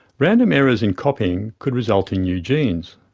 random errors in copying could result in new genes,